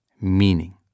meaning